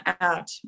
out